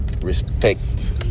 Respect